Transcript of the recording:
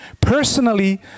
personally